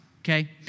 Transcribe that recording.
Okay